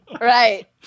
Right